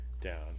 down